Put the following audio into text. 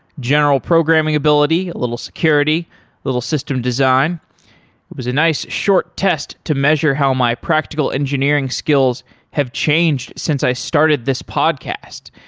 general programming ability, a little security, a little system design. it was a nice short test to measure how my practical engineering skills have changed since i started this podcast